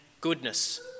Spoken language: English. goodness